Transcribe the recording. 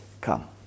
Come